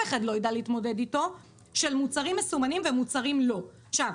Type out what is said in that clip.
אחד לא יידע להתמודד איתו של מוצרים מסומנים ומוצרים לא מסומנים.